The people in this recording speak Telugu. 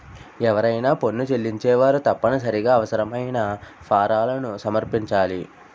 ఎవరైనా పన్ను చెల్లించేవారు తప్పనిసరిగా అవసరమైన ఫారాలను సమర్పించాలి